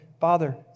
Father